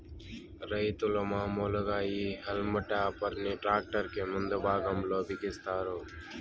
రైతులు మాములుగా ఈ హల్మ్ టాపర్ ని ట్రాక్టర్ కి ముందు భాగం లో బిగిస్తారు